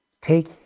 take